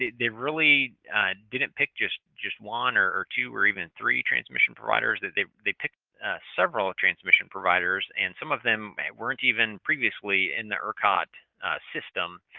they really didn't pick just just one or or two or even three transmission providers they they picked several transmission providers, and some of them weren't even previously in the ercot system.